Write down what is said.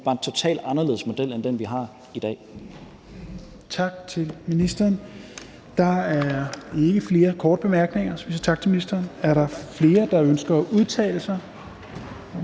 er bare en totalt anderledes model end den, vi har i dag.